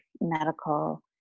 medical